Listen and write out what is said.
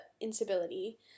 instability